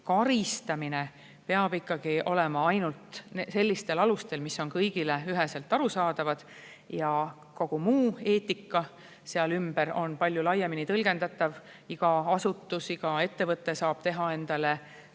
karistamine olema ikkagi ainult sellistel alustel, mis on kõigile üheselt arusaadavad. Kogu muu eetika seal ümber on palju laiemini tõlgendatav. Iga asutus, iga ettevõte saab teha endale